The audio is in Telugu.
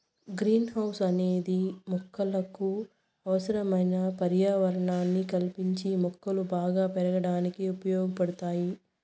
గ్రీన్ హౌస్ అనేది మొక్కలకు అవసరమైన పర్యావరణాన్ని కల్పించి మొక్కలు బాగా పెరగడానికి ఉపయోగ పడుతాది